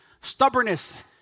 Stubbornness